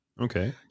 Okay